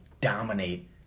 dominate